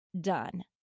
done